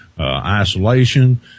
isolation